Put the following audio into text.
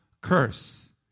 curse